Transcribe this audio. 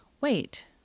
wait